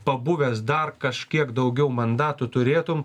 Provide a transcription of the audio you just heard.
pabuvęs dar kažkiek daugiau mandatų turėtum